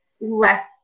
less